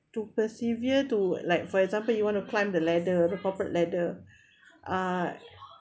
to persevere to like for example you want to climb the ladder the proper ladder uh